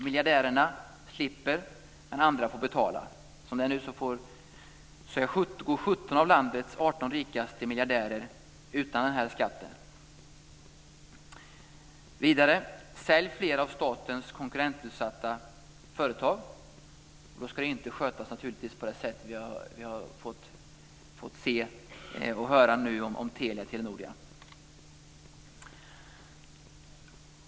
Miljardärerna slipper den men andra får betala. Som det nu är går 17 av landets 18 rikaste miljardärer fria från den. · Sälj fler av statens konkurrensutsatta företag, och det ska naturligtvis inte skötas såsom vi nu fått höra och se i samband med Telia-Telenor.